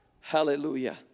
Hallelujah